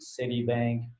Citibank